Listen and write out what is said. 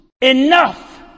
Enough